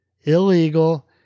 illegal